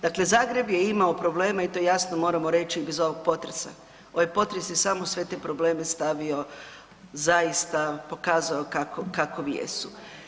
Dakle Zagreb je imao problema i to jasno moramo reći i bez ovog potresa, ovaj potres je samo sve te probleme stavio zaista, pokazao kakovi jesu.